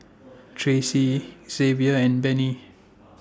Tracey Xzavier and Benny